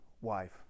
wife